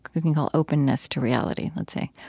we can call openness to reality, and let's say